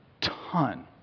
ton